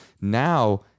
Now